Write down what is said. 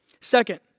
Second